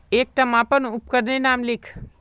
एकटा मापन उपकरनेर नाम लिख?